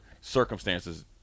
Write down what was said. circumstances